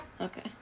okay